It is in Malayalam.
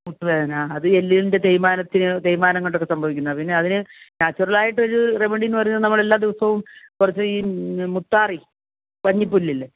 മുട്ടുവേദന ആ അത് ഈ എല്ലിൻ്റെ തേയ്മാനത്തിനു തേയ്മാനം കൊണ്ടൊക്കെ സംഭവിക്കുന്നതാണ് അതിനു നാച്ചുറലായിട്ട് ഒരു റെമഡിയെന്നു പറയുന്നത് നമ്മളെല്ലാ ദിവസവും കുറച്ചു ഈ മുത്താറി പന്നി പുല്ലി ഇല്ലേ